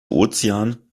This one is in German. ozean